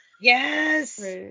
Yes